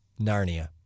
Narnia